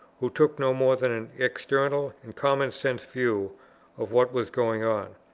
who took no more than an external and common sense view of what was going on.